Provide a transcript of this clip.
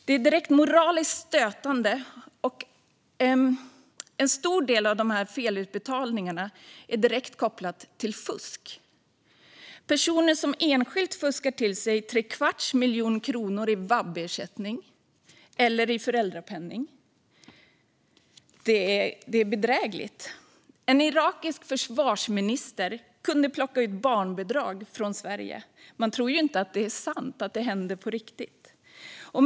Det är direkt moraliskt stötande, och en stor del av de här felutbetalningarna är direkt kopplad till fusk. Det finns personer som enskilt fuskar till sig trekvarts miljon kronor i vab-ersättning eller föräldrapenning. Det är bedrägligt. En irakisk försvarsminister kunde plocka ut barnbidrag från Sverige. Man tror ju inte att det är sant att det kan hända på riktigt.